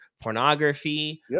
pornography